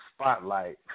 spotlight